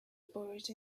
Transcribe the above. buried